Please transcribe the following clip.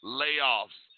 layoffs